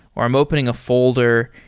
or i'm opening a folder,